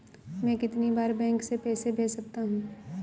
मैं कितनी बार बैंक से पैसे भेज सकता हूँ?